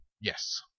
Yes